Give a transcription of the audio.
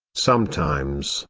sometimes,